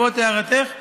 בעקבות הערתך,